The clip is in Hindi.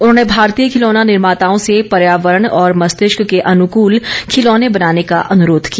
उन्होंने भारतीय खिलौना निर्माताओं से पर्यावरण और मस्तिष्क के अनुकूल खिलौने बनाने का अनुरोध किया